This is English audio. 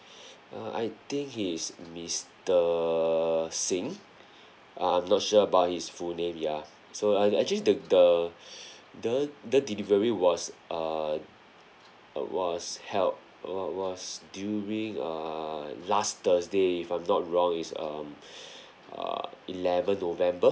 uh I think he's mister singh uh I'm not sure about his full name ya so uh actually the the the the delivery was err was held was was during err last thursday if I'm not wrong it's um uh eleven november